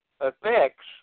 affects